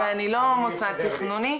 ואני לא מוסד תכנוני.